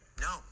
no